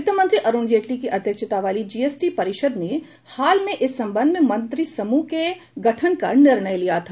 वित्तमंत्री अरुण जेटली की अध्यक्षता वाली जीएसटी परिषद ने हाल में इस संबंध में मंत्रिसमूह के गठन का निर्णय लिया था